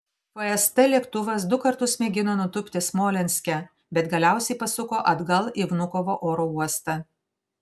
fst lėktuvas du kartus mėgino nutūpti smolenske bet galiausiai pasuko atgal į vnukovo oro uostą